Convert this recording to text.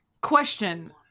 Question